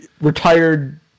retired